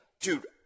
dude